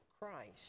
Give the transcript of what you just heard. Christ